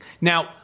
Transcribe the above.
Now